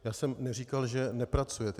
Já jsem neříkal, že nepracujete.